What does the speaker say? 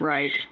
Right